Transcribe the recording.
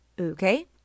Okay